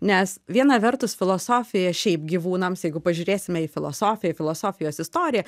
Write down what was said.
nes viena vertus filosofija šiaip gyvūnams jeigu pažiūrėsime į filosofiją filosofijos istoriją